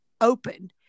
open